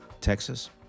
texas